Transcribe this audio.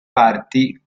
parti